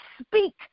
speak